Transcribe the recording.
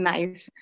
Nice